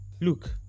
Look